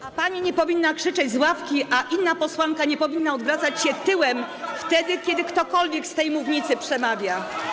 A pani nie powinna krzyczeć z ławki, a inna posłanka nie powinna odwracać się tyłem, wtedy kiedy ktokolwiek z tej mównicy przemawia.